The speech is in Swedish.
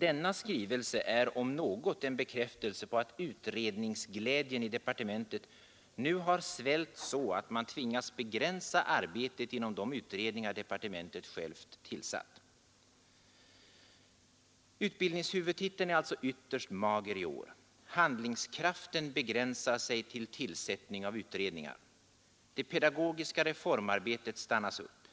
Denna skrivelse är om något en bekräftelse på att utredningsglädjen i departementet nu har svällt så, att man tvingats begränsa arbetet inom de utredningar departementet självt tillsatt. Utbildningshuvudtiteln är alltså ytterst mager i år. Handlingskraften begränsar sig till tillsättning av utredningar. Det pedagogiska reformarbetet stannas upp.